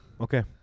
okay